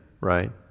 right